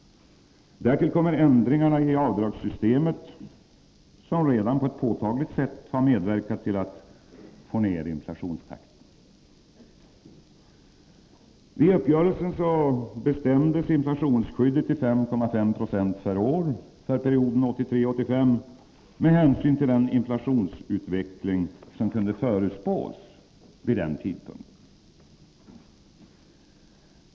Därtill kommer ändringarna i avdragssystemet, som redan på ett påtagligt sätt har medverkat till att få ner inflationstakten. Vid uppgörelsen bestämdes inflationsskyddet till 5,5 6 per år för perioden 1983-1985 med hänsyn till den inflationsutveckling som kunde förutspås vid den tidpunkten.